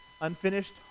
Unfinished